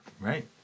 Right